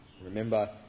Remember